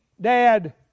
Dad